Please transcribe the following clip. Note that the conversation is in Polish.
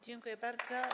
Dziękuję bardzo.